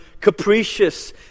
capricious